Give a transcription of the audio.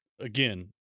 again